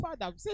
father